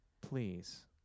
please